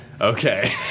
Okay